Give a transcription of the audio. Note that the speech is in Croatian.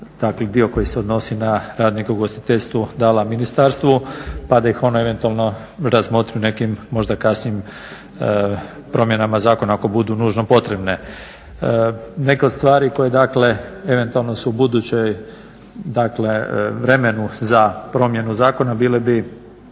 dio koji se odnosi na radnika u ugostiteljstvu dala Ministarstvu pa da ih ona eventualno razmotri u nekim možda kasnijim promjenama zakona ako budu nužno potrebne. Neke od stvari koje dakle eventualno su u budućem vremenu za promjenu zakona bile bi